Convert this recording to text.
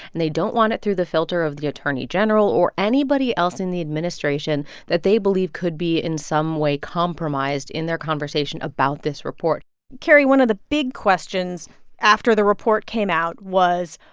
and they don't want it through the filter of the attorney general or anybody else in the administration that they believe could be in some way compromised in their conversation conversation about this report carrie, one of the big questions after the report came out was,